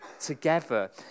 together